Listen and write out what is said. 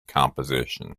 composition